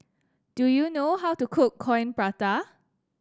do you know how to cook Coin Prata